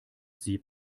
sie